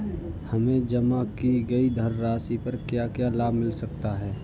हमें जमा की गई धनराशि पर क्या क्या लाभ मिल सकता है?